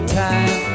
time